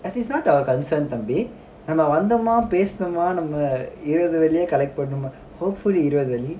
that is not our concern தம்பி:thambi wonder நாமவந்தோமாபேசினமோஇருபதுவெள்ளிய:naama vanthoma pechinamoo irupadhu velliya collect பண்ணோமா:pannooma hopefully இருபதுவெள்ளி:irupadhu velliya